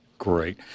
Great